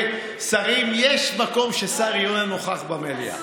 יש מקום ששר יהיה נוכח במליאה.